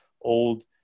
old